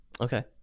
Okay